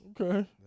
Okay